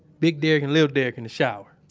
big derrick and little derrick in the shower.